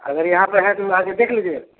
अगर यहाँ पर हैं तो आकर देख लीजिए